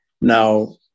Now